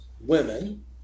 Women